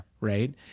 right